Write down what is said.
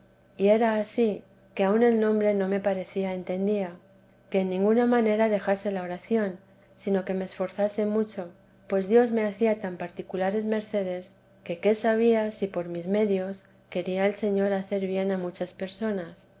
y era ansí que aun el nombre no me parece entendía que en ninguna manera dejase la oración sino que me esforzase mucho pues dios me hacía tan particulares mercedes que qué sabía si por mis medios quería el señor hacer bien a muchas personas